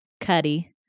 Cuddy